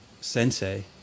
sensei